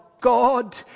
God